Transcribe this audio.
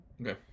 okay